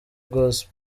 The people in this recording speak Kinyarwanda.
gospel